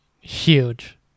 huge